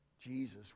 Jesus